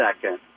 second